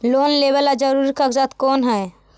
Loan लेब ला जरूरी कागजात कोन है?